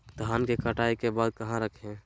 धान के कटाई के बाद कहा रखें?